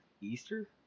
Easter